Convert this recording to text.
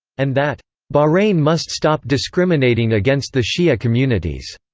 and that bahrain must stop discriminating against the shia communities.